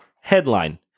headline